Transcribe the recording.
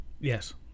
Yes